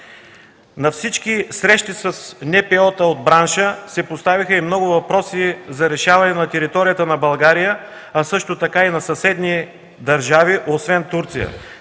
На всички срещи с НПО-та от бранша се поставиха и много въпроси за решаване на територията на България, както и на съседни държави, освен Турция.